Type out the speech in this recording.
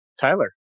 Tyler